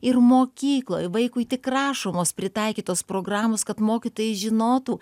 ir mokykloj vaikui tik rašomos pritaikytos programos kad mokytojai žinotų